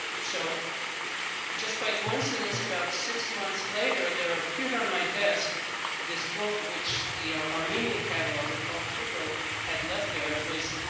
so just by coincidence, about six months later there appeared on my desk this book which the armenian cataloger paul krego had left there. it was